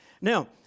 Now